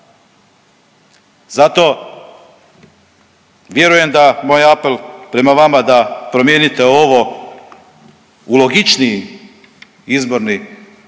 Zato vjerujem da moj apel prema vama da promijenite ovo u logičniji izborni